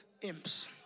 imps